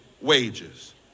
wages